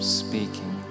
speaking